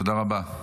תודה רבה.